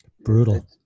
Brutal